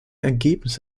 ergebnis